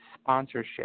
sponsorship